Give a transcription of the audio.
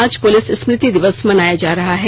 आज पुलिस स्मृति दिवस मनाया जा रहा है